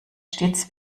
stets